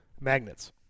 Magnets